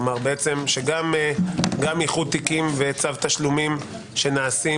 כלומר שגם איחוד תיקים וצו תשלומים שנעשים